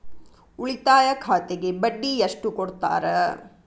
ಉಳಿತಾಯ ಖಾತೆಗೆ ಬಡ್ಡಿ ಎಷ್ಟು ಕೊಡ್ತಾರ?